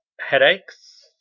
headaches